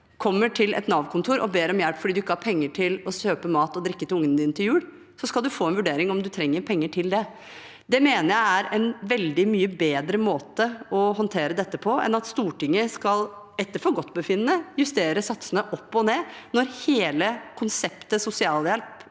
kommer til et Nav-kontor og ber om hjelp fordi du ikke har penger til å kjøpe mat og drikke til ungene dine til jul, skal du få en vurdering av om du trenger penger til det. Det mener jeg er en veldig mye bedre måte å håndtere dette på enn at Stortinget etter forgodtbefinnende skal justere satsene opp og ned, når hele konseptet sosialhjelp